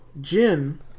Jin